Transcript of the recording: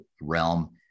realm